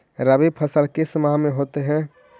रवि फसल किस माह में होते हैं?